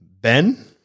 Ben